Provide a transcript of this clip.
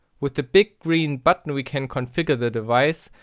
with the big green button we can configure the device.